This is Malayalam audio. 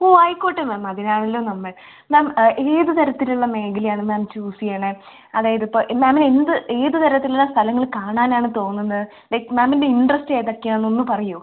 ഓ ആയിക്കോട്ടെ മാം അതിനാണല്ലോ നമ്മൾ മാം ഏത് തരത്തിലുള്ള മേഖലയാണ് മാം ചൂസ് ചെയ്യുന്നത് അതായത് ഇപ്പോൾ മാമിനെന്ത് ഏത് തരത്തിലുള്ള സ്ഥലങ്ങൾ കാണാനാണ് തോന്നുന്നത് ലൈക്ക് മാമിൻ്റെ ഇൻ്ററസ്റ്റ് ഏതൊക്കെയാണെന്നൊന്ന് പറയുമോ